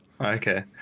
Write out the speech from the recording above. Okay